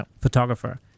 photographer